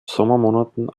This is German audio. sommermonaten